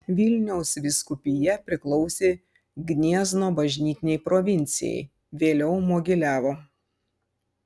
vilniaus vyskupija priklausė gniezno bažnytinei provincijai vėliau mogiliavo